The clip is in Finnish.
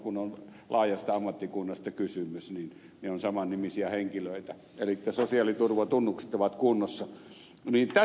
kun on laajasta ammattikunnasta kysymys niin on samannimisiä henkilöitä elikkä sosiaaliturvatunnusten on oltava kunnossa